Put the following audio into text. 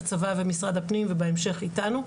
הצבא ומשרד הפנים ובהמשך איתנו.